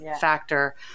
factor